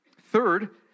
Third